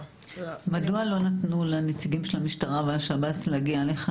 מדוע לא נתנו לנציגים של המשטרה ושל השב"ס להגיע לכאן?